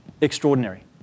extraordinary